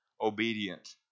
obedient